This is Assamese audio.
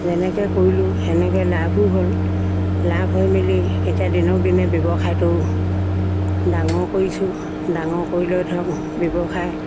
যেনেকৈ কৰিলোঁ তেনেকৈ লাভো হ'ল লাভ হৈ মেলি এতিয়া দিনক দিনে ব্যৱসায়টো ডাঙৰ কৰিছোঁ ডাঙৰ কৰি লৈ ধৰক ব্যৱসায়